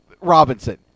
robinson